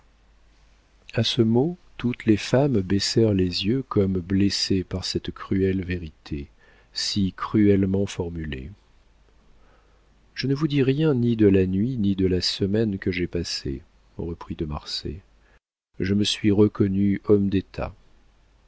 a ce mot toutes les femmes baissèrent les yeux comme blessées par cette cruelle vérité si cruellement formulée je ne vous dis rien ni de la nuit ni de la semaine que j'ai passée reprit de marsay je me suis reconnu homme d'état